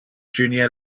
junior